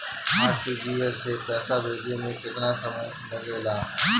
RTGS से पैसा भेजे में केतना समय लगे ला?